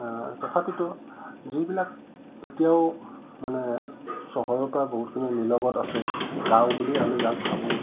তথাপিতো যিবিলাক এতিয়াও মানে চহৰৰ পৰা বহুতখিনি নিলগত আছে গাঁও বুলি আমি যাক ভাবোঁ